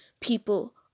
people